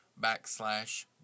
backslash